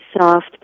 soft